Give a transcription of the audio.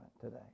today